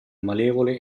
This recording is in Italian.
malevole